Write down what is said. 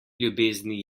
ljubezni